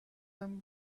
them